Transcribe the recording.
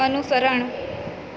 અનુસરણ